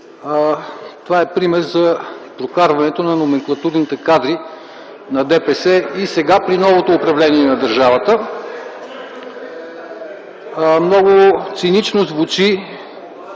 Това е пример за прокарването на номенклатурните кадри на ДПС и сега при новото управление на държавата. (Реплики от ДПС и